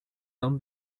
don